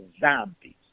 zombies